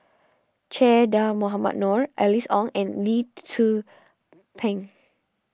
Che Dah Mohamed Noor Alice Ong and Lee Tzu Pheng